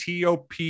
TOP